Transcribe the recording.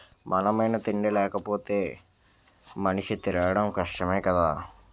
బలమైన తిండి లేపోతే మనిషి తిరగడం కష్టమే కదా